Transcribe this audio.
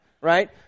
right